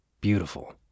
beautiful